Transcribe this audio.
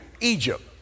Egypt